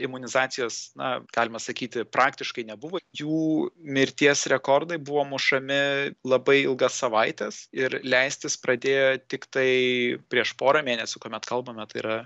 imunizacijos na galima sakyti praktiškai nebuvo jų mirties rekordai buvo mušami labai ilgas savaites ir leistis pradėjo tiktai prieš porą mėnesių kuomet kalbame tai yra